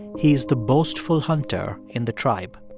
he's the boastful hunter in the tribe.